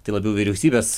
tai labiau vyriausybės